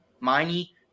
Miney